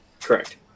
Correct